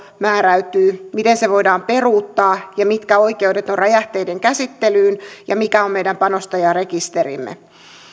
määräytyy miten se voidaan peruuttaa ja mitkä oikeudet on räjähteiden käsittelyyn ja mikä on meidän panostajarekisterimme